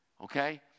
Okay